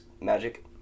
Magic